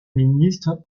ministre